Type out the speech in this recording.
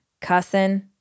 cussing